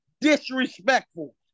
disrespectful